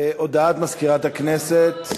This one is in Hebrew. הודעת מזכירת הכנסת.